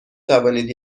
توانید